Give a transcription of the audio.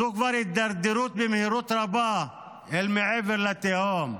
זו כבר הידרדרות במהירות רבה אל מעבר לתהום.